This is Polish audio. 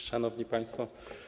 Szanowni Państwo!